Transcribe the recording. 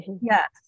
Yes